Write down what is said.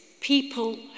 people